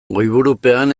goiburupean